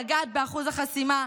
לגעת באחוז החסימה,